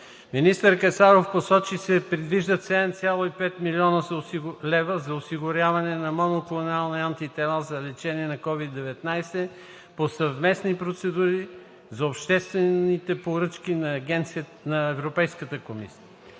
Министър Кацаров поясни, че се предвиждат 7,5 млн. лв. за осигуряване на моноклонални антитела за лечение на COVID-19 по съвместни процедури за обществените поръчки на Европейската комисия.